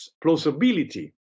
plausibility